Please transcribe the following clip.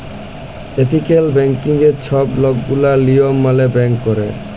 ethical ব্যাংকিংয়ে ছব লকগিলা লিয়ম মালে ব্যাংক ক্যরে